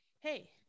hey